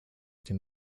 dem